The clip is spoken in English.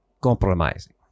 compromising